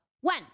one